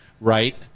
right